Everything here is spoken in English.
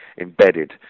embedded